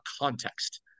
context